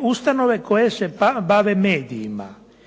ustanove koje se bave medijima,